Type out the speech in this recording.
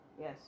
Yes